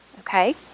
okay